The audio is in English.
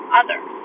others